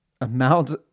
amount